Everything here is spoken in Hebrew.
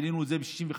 העלינו את זה ב-65%,